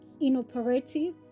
inoperative